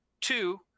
two